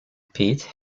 pete